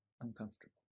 uncomfortable